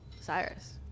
Cyrus